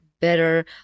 better